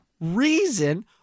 reason